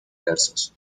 versos